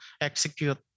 execute